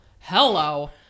Hello